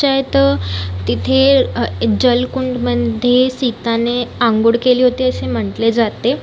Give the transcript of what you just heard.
चे तं तिथे जलकुंडमध्ये सीताने आंघोळ केली होते असे म्हटले जाते